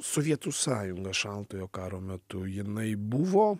sovietų sąjunga šaltojo karo metu jinai buvo